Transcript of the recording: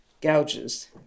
gouges